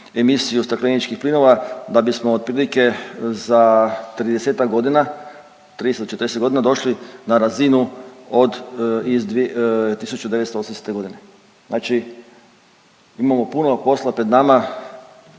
emisiju stakleničkih plinova da bismo otprilike za 30-tak godina, 30 do 40 godina došli na razinu od 1980. godine. Znači imamo puno posla pred nama.